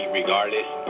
regardless